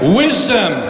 wisdom